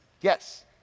Yes